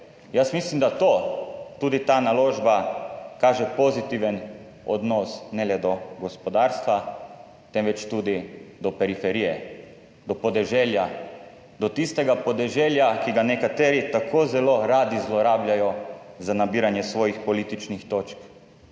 Jaz mislim, da tudi ta naložba kaže pozitiven odnos, ne le do gospodarstva, temveč tudi do periferije, do podeželja, do tistega podeželja, ki ga nekateri tako zelo radi zlorabljajo za nabiranje svojih političnih točk.